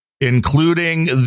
including